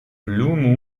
blue